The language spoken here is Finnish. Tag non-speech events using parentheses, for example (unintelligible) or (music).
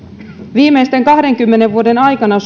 viimeisten kahdenkymmenen vuoden aikana (unintelligible)